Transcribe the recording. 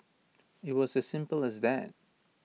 IT was as simple as that